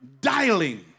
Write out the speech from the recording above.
dialing